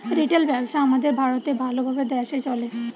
retail ব্যবসা আমাদের ভারতে ভাল ভাবে দ্যাশে চলে